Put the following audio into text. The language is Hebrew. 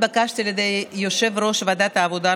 התבקשתי על ידי יושב-ראש ועדת העבודה,